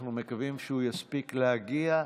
אנחנו מקווים שהוא יספיק להגיע.